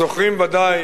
זוכרים ודאי